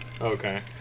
Okay